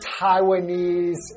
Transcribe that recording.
Taiwanese